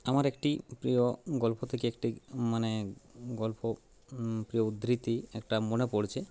আমার একটি প্রিয় গল্প থেকে একটি মানে গল্প প্রিয় উদ্ধৃতি একটা মনে পড়ছে